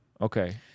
Okay